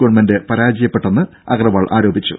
government പരാജയമാണെന്ന് അഗർവാൾ ആരോപിച്ചു